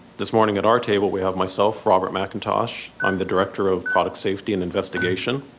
this morning at our table we have myself, robert mcintosh, i'm the director of product safety and investigation.